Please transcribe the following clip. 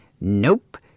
nope